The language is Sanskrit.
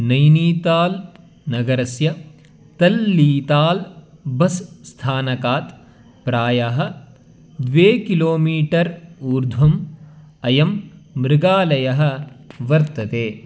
नैनीताल् नगरस्य तल्लीताल् बस् स्थानकात् प्रायः द्वे किलो मीटर् ऊर्ध्वम् अयं मृगालयः वर्तते